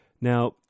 Now